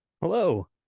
Hello